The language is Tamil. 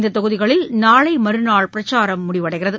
இந்த தொகுதிகளில் நாளை மறுநாள் பிரச்சாரம் முடிவடைகிறது